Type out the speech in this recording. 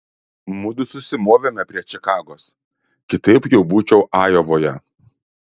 mudu susimovėme prie čikagos kitaip jau būčiau ajovoje